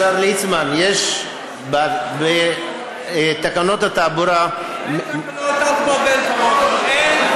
השר ליצמן, בתקנות התעבורה יש, אין תחבורה בשבת.